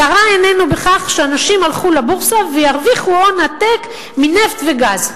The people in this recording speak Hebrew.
צרה עיננו בכך שאנשים הלכו לבורסה וירוויחו הון עתק מנפט וגז.